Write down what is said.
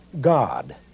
God